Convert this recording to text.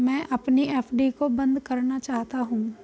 मैं अपनी एफ.डी को बंद करना चाहता हूँ